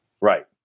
Right